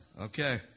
Okay